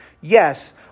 Yes